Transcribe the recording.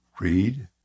Read